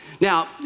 Now